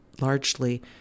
largely